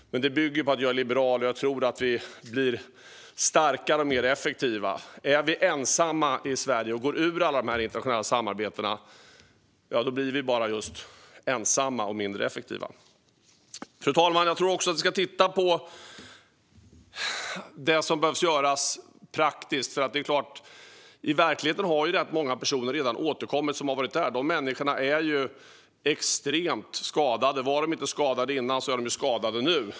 Det bygger på att jag är liberal och tror att vi blir starkare och mer effektiva tillsammans. Om vi i Sverige ensamma går ur alla internationella samarbeten, ja, då blir vi bara just ensamma och mindre effektiva. Fru talman! Jag tror också att vi ska titta på det som behöver göras praktiskt. Det är klart att i verkligheten har rätt många som varit där redan återkommit. De människorna är extremt skadade. Var de inte skadade innan är de skadade nu.